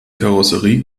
karosserie